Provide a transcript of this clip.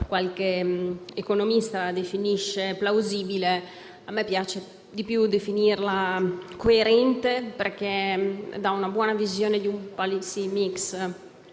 Qualche economista la definisce plausibile; a me piace di più definirla coerente, perché dà una buona visione di un mix